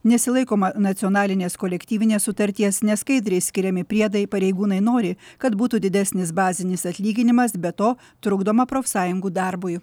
nesilaikoma nacionalinės kolektyvinės sutarties neskaidriai skiriami priedai pareigūnai nori kad būtų didesnis bazinis atlyginimas be to trukdoma profsąjungų darbui